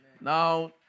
now